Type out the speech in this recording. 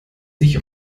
sich